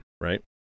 right